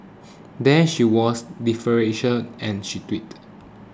there she was deferential she tweeted